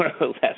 Last